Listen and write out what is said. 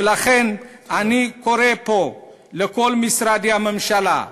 ולכן אני קורא פה לכל משרדי הממשלה,